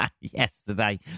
Yesterday